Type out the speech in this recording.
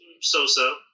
so-so